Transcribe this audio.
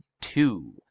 two